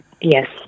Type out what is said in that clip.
yes